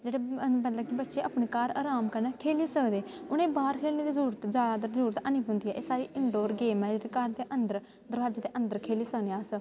जेह्ड़े मतलब कि बच्चे अपने घर अराम कन्नै खेली सकदे उ'नें गी बाह्र खेलने दी जरूरत जैदातर जरूरत हैन्नी पौंदी ऐ एह् सारी इनडोर गेम ऐ जेह्ड़ी घर दे अंदर दरवाजे दे अंदर खेली सकने आं अस